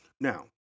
Now